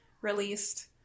released